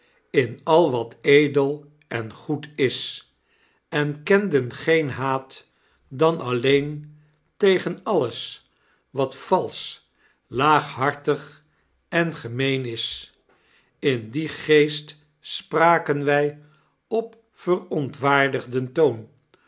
in al wat edel en goed is en kenden geen haat dan alleen tegen alles wat valsch laaghartig en gemeen is in dien geest spraken wij op verontwaardigden toon